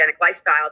lifestyle